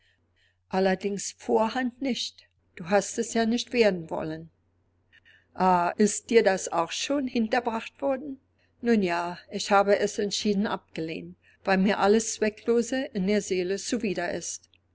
allerdings vorderhand nicht du hast es ja nicht werden wollen ah ist dir das auch schon hinterbracht worden nun ja ich habe es entschieden abgelehnt weil mir alles zwecklose in der seele zuwider ist